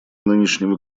нынешнего